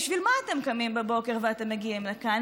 בשביל מה אתם קמים בבוקר ואתם מגיעים לכאן?